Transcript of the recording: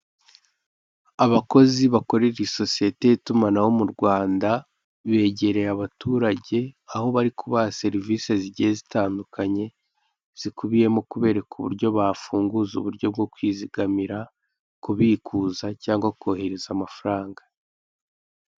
Abakozi bakorera isosiyete y'itumanaho mu Rwanda begereye abaturage aho bari kubaha serivise zigiye zitandukanye zikubiyemo kubereka uburyo bafunguza uburyo bwo kwizigamira, kubikuza cyangwa kohereza amafaranga.